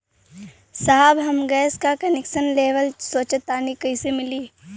साहब हम गैस का कनेक्सन लेवल सोंचतानी कइसे मिली?